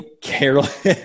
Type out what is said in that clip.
careless